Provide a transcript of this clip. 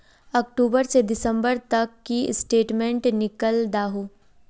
अक्टूबर से दिसंबर तक की स्टेटमेंट निकल दाहू?